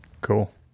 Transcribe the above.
Cool